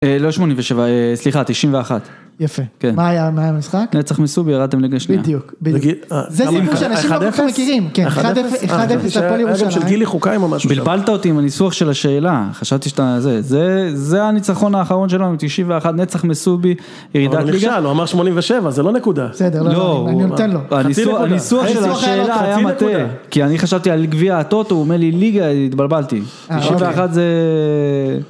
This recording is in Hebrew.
לא 87, סליחה, 91. יפה, מה היה המשחק? נצח מסובי, ירדתם ליגה שנייה. בדיוק, בדיוק. זה סיפור שאנשים לא כל כך מכירים. כן, 1-0, 1-0, זה הפועל ירושלים. בלבלת אותי עם הניסוח של השאלה, חשבתי שאתה, זה הניצחון האחרון שלנו, 91, נצח מסובי, ירידת ליגה. אבל הוא נכשל, הוא אמר 87, זה לא נקודה. בסדר, לא, אני נותן לו. הניסוח של השאלה היה מטעה, כי אני חשבתי על גביע הטוטו, הוא אומר לי ליגה, התבלבלתי. 91 זה...